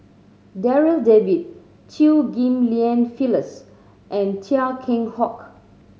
Darryl David Chew Ghim Lian Phyllis and Chia Keng Hock